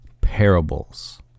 parables